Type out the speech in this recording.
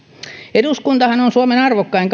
eduskuntahan on suomen arvokkain